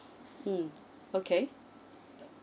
mm okay